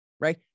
right